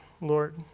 Lord